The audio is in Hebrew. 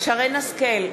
שרן השכל,